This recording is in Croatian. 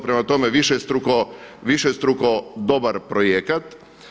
Prema tome višestruko dobar projekat.